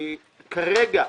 כרגע,